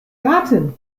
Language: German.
raten